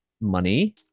money